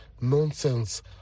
nonsense